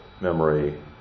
memory